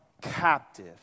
captive